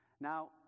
Now